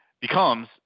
becomes